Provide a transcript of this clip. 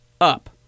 up